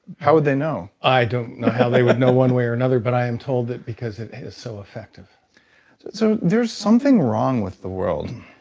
how would they know? i don't know how they would know one way or another, but i am told that it's because it is so effective so there's something wrong with the world.